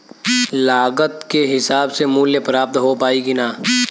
लागत के हिसाब से मूल्य प्राप्त हो पायी की ना?